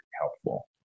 helpful